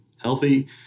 healthy